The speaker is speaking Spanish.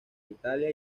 italia